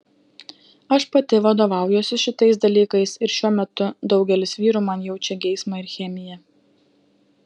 aš pati vadovaujuosi šitais dalykais ir šiuo metu daugelis vyrų man jaučia geismą ir chemiją